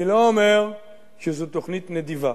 אני לא אומר שזאת תוכנית נדיבה.